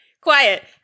Quiet